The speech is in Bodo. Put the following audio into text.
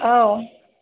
औ